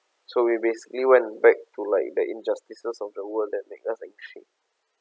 so we basically went back to like the injustices of the world that make us like shake